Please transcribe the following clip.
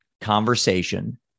conversation